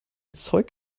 zeug